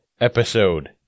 episode